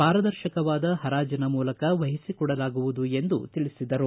ಪಾರದರ್ಶಕವಾದ ಹರಾಜನ ಮೂಲಕ ವಹಿಸಿ ಕೊಡಲಾಗುವುದು ಎಂದು ತಿಳಿಸಿದರು